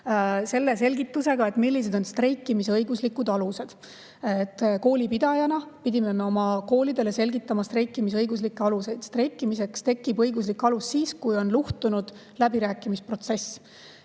selle selgitusega, millised on streikimise õiguslikud alused. Koolipidajana pidime me oma koolidele selgitama streikimise õiguslikke aluseid. Streikimiseks tekib õiguslik alus siis, kui on luhtunud läbirääkimisprotsess.